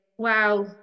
Wow